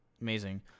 amazing